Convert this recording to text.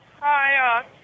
Hi